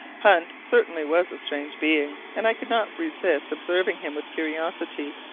hunt certainly was a strange being, and i could not resist observing him with curiosity,